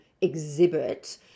exhibit